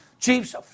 Chiefs